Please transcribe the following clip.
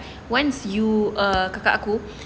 once you uh kakak aku